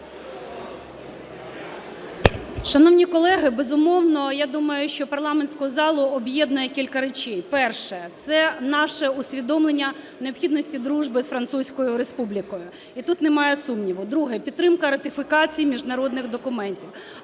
Шановні колеги, безумовно, я думаю, що парламентську залу об'єднує кілька речей. Перше. Це наше усвідомлення необхідності дружби з Французькою Республікою. І тут немає сумніву. Друге. Підтримка ратифікацій міжнародних документів.